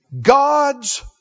God's